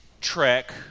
trek